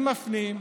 אני מפנים,